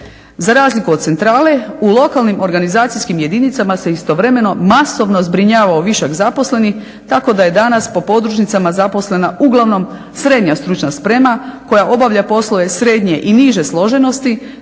Za razliku od centrale u lokalnim organizacijskim jedinicama se istovremeno masovno zbrinjavao višak zaposlenih, tako da je danas po podružnicama zaposlena uglavnom srednja stručna sprema koja obavlja poslove srednje i niže složenosti